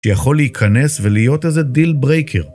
שיכול להיכנס ולהיות איזה דיל ברייקר.